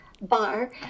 bar